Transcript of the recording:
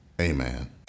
Amen